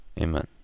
Amen